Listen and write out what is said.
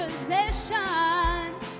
possessions